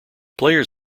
players